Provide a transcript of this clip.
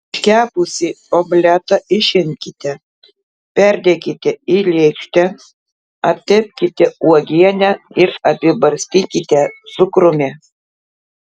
iškepusį omletą išimkite perdėkite į lėkštę aptepkite uogiene ir apibarstykite cukrumi